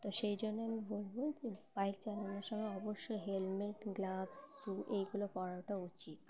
তো সেই জন্যে আমি বলবো যে বাইক চালানোর সময় অবশ্যই হেলমেট গ্লাভস শ্যু এইগুলো পরাটা উচিত